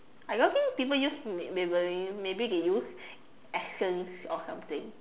I don't think people use Maybelline maybe they use Essence or something